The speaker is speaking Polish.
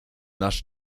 nasz